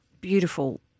beautiful